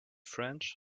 french